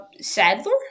Sadler